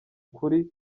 ukuri